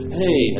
hey